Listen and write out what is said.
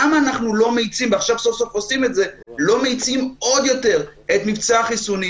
למה אנחנו לא מאיצים עוד יותר את מבצע החיסונים?